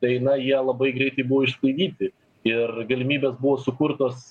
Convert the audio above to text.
tai na jie labai greitai buvo išsklaidyti ir galimybės buvo sukurtos